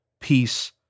peace